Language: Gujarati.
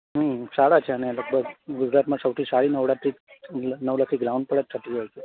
સારા છે અને લગભગ ગુજરાતમાં સૌથી સારી નવરાત્રિ નવલખી ગ્રાઉંડ પર જ થતી હોય છે